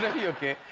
be ok.